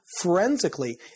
forensically